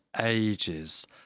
ages